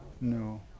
No